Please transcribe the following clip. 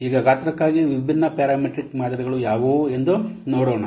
ಈಗ ಗಾತ್ರಕ್ಕಾಗಿ ವಿಭಿನ್ನ ಪ್ಯಾರಮೆಟ್ರಿಕ್ ಮಾದರಿಗಳು ಯಾವುವು ಎಂದು ನೋಡೋಣ